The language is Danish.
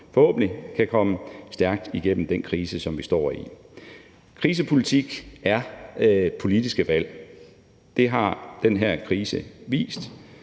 forhåbentlig kan komme stærkt igennem den krise, som vi står i. Krisepolitik er politiske valg. Det har den her krise vist,